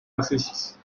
assists